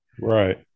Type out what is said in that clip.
Right